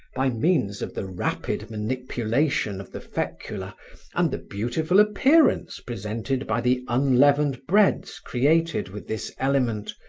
by means of the rapid manipulation of the fecula and the beautiful appearance presented by the unleavened breads created with this element,